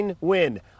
win